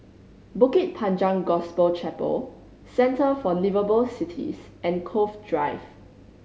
Bukit Panjang Gospel Chapel Centre for Liveable Cities and Cove Drive